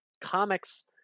comics